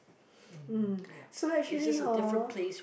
mm so actually hor